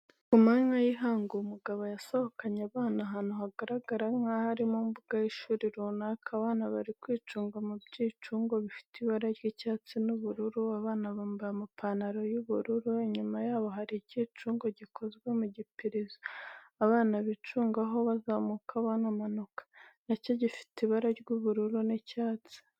Kumanywa y'ihangu umugabo yasohokanye abana ahantu hagaragara nkaho ari mu mbuga y'ishuri runaka, abana bari kwicunga ku byicungo bifite ibara ry'icyatsi n'ubururu, abana bambaye amapantaro y'ubururu, inyuma yabo hari icyicungo gikozwe mu gipirizo, abana bicungaho bazamuka banamanuka, na cyo gifite ibara ry'ubururu n'icyatsi.